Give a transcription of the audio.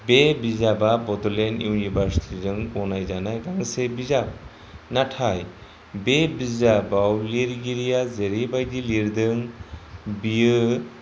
बे बिजाबा बड'लेण्ड इउनिभार्सिटिजों गनायजानाय गांसे बिजाब नाथाय बे बिजाबाव लिरगिरिया जेरैबायदि लिरदों बियो